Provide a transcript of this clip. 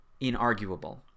inarguable